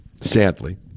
sadly